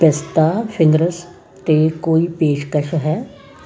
ਪਿਸਤਾ fingers 'ਤੇ ਕੋਈ ਪੇਸ਼ਕਸ਼ ਹੈ